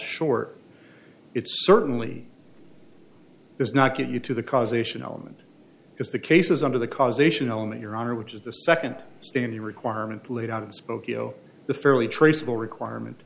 short it certainly does not get you to the causation element because the cases under the causation element your honor which is the second stand the requirement laid out a spokeo the fairly traceable requirement